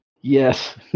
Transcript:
yes